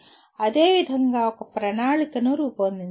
అదేవిధంగా ఒక ప్రణాళికను రూపొందించండి